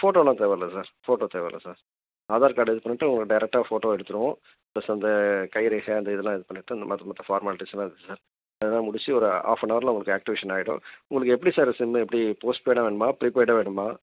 ஃபோட்டோவெலாம் தேவை இல்லை sir photo தேவை இல்லை சார் ஆதார் கார்டு இது பண்ணிட்டு உங்களை டேரெக்ட்டாக ஃபோட்டோ எடுத்துடுவோம் ப்ளஸ் அந்தக் கைரேகை அந்த இதெல்லாம் இது பண்ணிட்டு இந்த மற்ற மற்ற ஃபார்மாலிட்டிஸ்லாம் இருக்குது சார் அதெல்லாம் முடித்து ஒரு ஆஃப் அண்ட் அவரில் உங்களுக்கு ஆக்டிவேஷன் ஆகிடும் உங்களுக்கு எப்படி சார் சிம் எப்படி போஸ்ட்பெய்டாக வேணுமா ப்ரீபெய்டாக வேணுமா